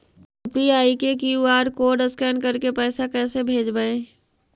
UPI के QR code scan करके पैसा कैसे भेजबइ?